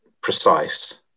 precise